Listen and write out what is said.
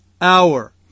hour